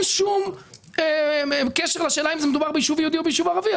שום קשר לשאלה אם מדובר ביישוב יהודי או בישוב ערבי.